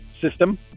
system